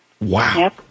Wow